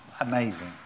amazing